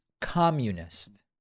communist